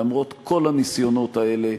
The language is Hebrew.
למרות כל הניסיונות האלה,